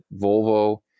Volvo